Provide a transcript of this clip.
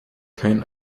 kein